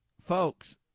folks